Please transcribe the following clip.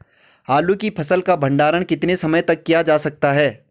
आलू की फसल का भंडारण कितने समय तक किया जा सकता है?